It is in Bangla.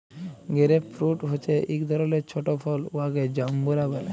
গেরেপ ফ্রুইট হছে ইক ধরলের ছট ফল উয়াকে জাম্বুরা ব্যলে